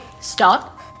stop